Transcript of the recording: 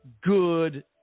good